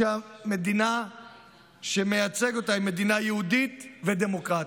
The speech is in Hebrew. שהמדינה שהוא מייצג אותה היא מדינה יהודית ודמוקרטית.